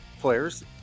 players